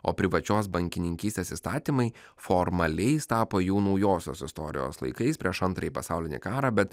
o privačios bankininkystės įstatymai formaliais tapo jau naujosios istorijos laikais prieš antrąjį pasaulinį karą bet